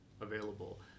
available